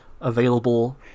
available